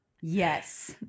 Yes